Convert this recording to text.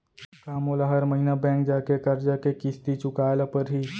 का मोला हर महीना बैंक जाके करजा के किस्ती चुकाए ल परहि?